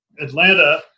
Atlanta